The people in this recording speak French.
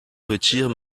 retire